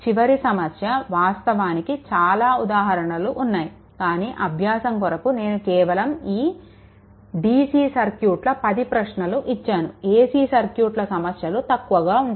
చివరి సమస్య వాస్తవానికి చాలా ఉదాహరణలు ఉన్నాయి కానీ అభ్యాసం కొరకు నేను కేవలం ఈ dc సర్క్యూట్ల 10 ప్రశ్నలను ఇచ్చాను ac సర్క్యూట్ల సమస్యలు తక్కువగా ఉంటాయి